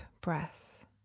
breath